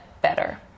better